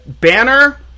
Banner